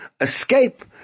escape